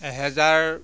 এহেজাৰ